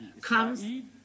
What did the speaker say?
comes